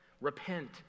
Repent